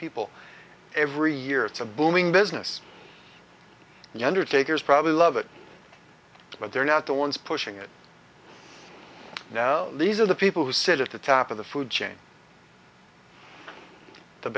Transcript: people every year it's a booming business the undertakers probably love it but they're not the ones pushing it now these are the people who sit at the top of the food chain the